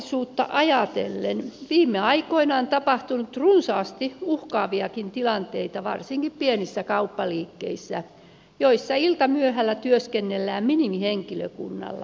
turvallisuutta ajatellen viime aikoina on tapahtunut runsaasti uhkaaviakin tilanteita varsinkin pienissä kauppaliikkeissä joissa iltamyöhällä työskennellään minimihenkilökunnalla